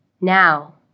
Now